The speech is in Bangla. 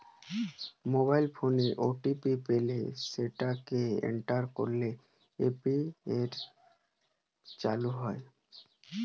মোবাইল ফোনে ও.টি.পি পেয়ে সেটাকে এন্টার করে এ.টি.এম চালু হয়